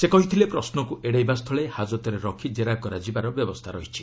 ସେ କହିଥିଲେ ପ୍ରଶ୍ନକୁ ଏଡ଼େଇବା ସ୍ଥଳେ ହାକତରେ ରଖି ଜେରା କରାଯିବାର ବ୍ୟବସ୍ଥା ରହିଛି